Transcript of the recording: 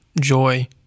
joy